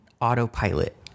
autopilot